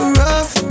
rough